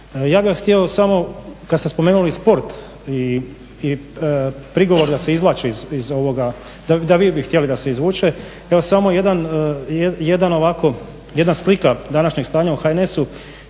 Ja bih vas htio samo, kad ste spomenuli sport i prigovor da se izvlači iz ovoga, da vi bi htjeli da se izvuče, ja samo jedan ovako, jedna slika današnjeg stanja u HNS-u,